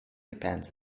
depends